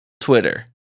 Twitter